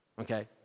Okay